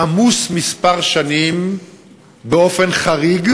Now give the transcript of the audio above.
עמוס כמה שנים באופן חריג,